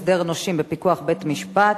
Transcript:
הסדר נושים בפיקוח בית-המשפט),